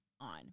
on